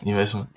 investment